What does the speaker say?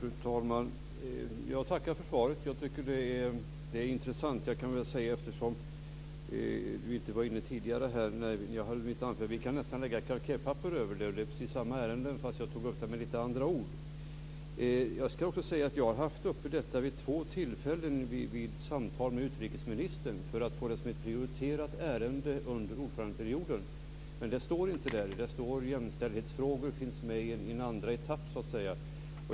Fru talman! Jag tackar för svaret. Jag tycker att det är intressant. Eftersom Birgitta Ahlqvist inte var här i kammaren när jag höll mitt anförande kan jag säga att vi nästan kan lägga kalkerpapper över våra anföranden. Det är precis samma ärende, men jag tog upp det med lite andra ord. Jag har haft uppe detta vid två tillfällen vid samtal med utrikesministern för att få det som ett prioriterat ärende under ordförandeperioden. Men det finns inte med. Jämställdhetsfrågor finns med i en andra etapp, så att säga.